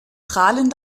prahlen